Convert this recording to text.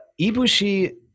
Ibushi